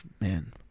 Man